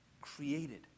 created